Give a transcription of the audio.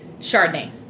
Chardonnay